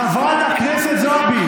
חברת הכנסת זועבי,